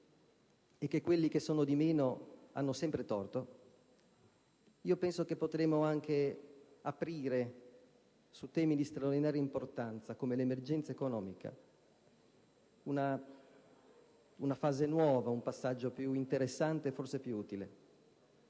e che quelli che sono di meno hanno sempre torto, potremmo anche aprire su temi di straordinaria importanza, come l'emergenza economica, una fase nuova e un passaggio più interessante e forse più utile.